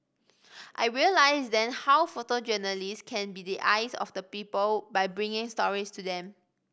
I realised then how photojournalists can be the eyes of the people by bringing stories to them